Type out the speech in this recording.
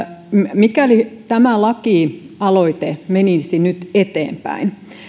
mikäli tämä lakialoite menisi nyt eteenpäin